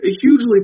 hugely